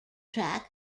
track